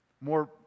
more